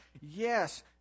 Yes